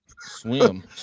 swim